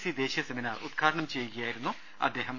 C ദേശീയ seminar ഉദ്ഘാടനം ചെയ്യുകയായിരുന്നു അദ്ദേഹം